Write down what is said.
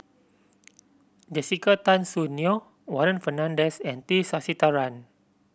Jessica Tan Soon Neo Warren Fernandez and T Sasitharan